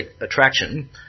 attraction